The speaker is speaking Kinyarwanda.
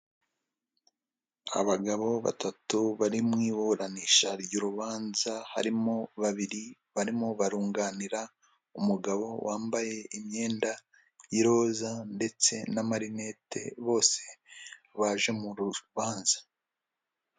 Abagabo batatu bari mu iburanisha ry'urubanza, harimo babiri barimo barunganira umugabo wambaye imyenda y'iroza ndetse na marinete bose baje mu rubanza.